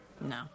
No